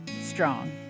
Strong